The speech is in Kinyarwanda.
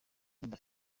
inda